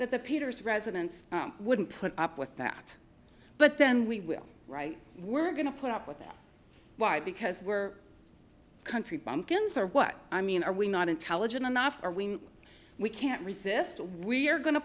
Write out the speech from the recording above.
that the peter's residence wouldn't put up with that but then we will right we're going to put up with that why because we're a country bumpkins or what i mean are we not intelligent enough or we we can't resist we're going to